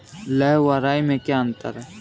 लाह व राई में क्या अंतर है?